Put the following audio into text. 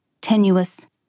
Tenuous